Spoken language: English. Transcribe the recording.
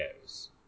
goes